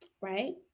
Right